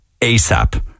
asap